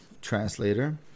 translator